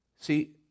See